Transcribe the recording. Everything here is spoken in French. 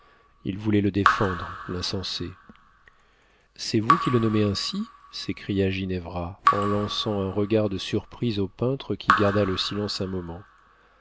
il voulait le défendre l'insensé c'est vous qui le nommez ainsi s'écria ginevra en lançant un regard de surprise au peintre qui garda le silence un moment